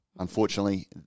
Unfortunately